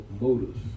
motives